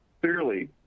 Clearly